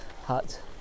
hut